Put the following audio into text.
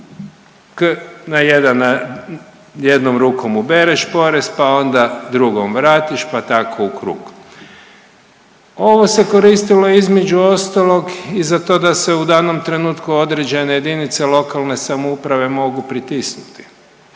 pa jednom rukom ubereš porez, pa onda drugom vratiš pa tako u krug. Ovo se koristilo između ostalog i za to da se u danom trenutku određene jedinice lokalne samouprave mogu pritisnuti,